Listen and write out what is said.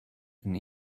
and